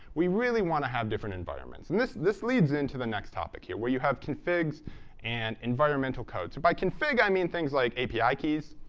we really want to have different environments. and this this leads into the next topic here, where you have configs and environmental codes. by config i mean things like api keys,